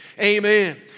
amen